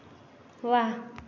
वाह